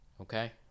Okay